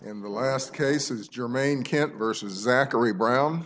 and the last case is germane can't versus zachary brown